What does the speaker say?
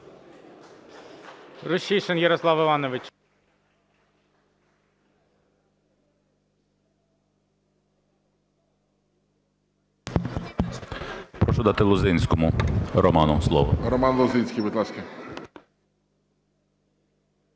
Рущишин Ярослав Іванович.